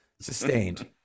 Sustained